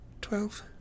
Twelve